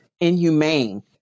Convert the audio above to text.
inhumane